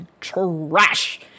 trash